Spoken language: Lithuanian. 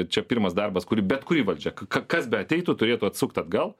čia pirmas darbas kurį bet kuri valdžia ka kas beateitų turėtų atsukt atgal